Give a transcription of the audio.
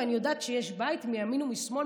ואני יודעת שיש בית מימין ומשמאל,